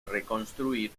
reconstruir